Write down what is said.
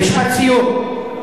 משפט סיום.